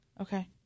Okay